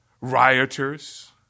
rioters